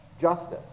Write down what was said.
justice